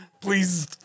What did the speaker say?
Please